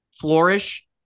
flourish